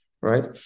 right